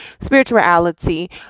spirituality